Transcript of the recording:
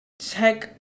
check